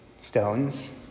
stones